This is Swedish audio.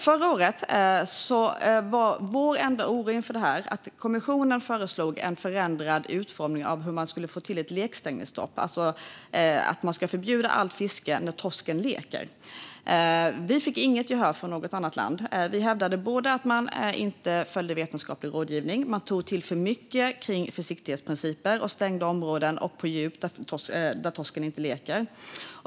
Förra året var vår enda oro inför förhandlingarna att kommissionen föreslog en förändrad utformning av hur man skulle få till ett lekstängningsstopp, alltså förbjuda allt fiske när torsken leker. Vi fick inget gehör från något annat land. Vi hävdade att man inte följde vetenskaplig rådgivning, att man tog till för många försiktighetsprinciper och stängde områden med djupt vatten där torsken inte leker.